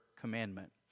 commandment